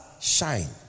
Shine